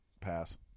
pass